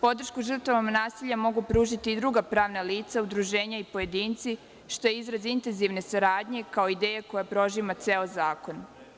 Podršku žrtvama nasilja mogu pružiti i druga pravna lica, udruženja i pojedinci, što je izraz intenzivne saradnje, kao ideja koja prožima ceo zakon.